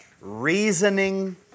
reasoning